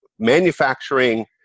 manufacturing